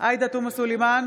עאידה תומא סלימאן,